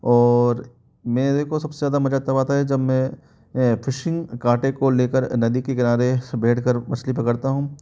और मेरे को सब से ज़्यादा मज़ा तब आता है जब मैं ये फिशिंग कांटे को ले कर नदी के किनारे बैठ कर मछली पकड़ता हूँ